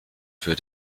für